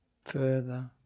Further